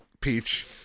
Peach